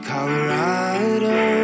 Colorado